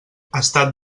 estat